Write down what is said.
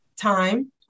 time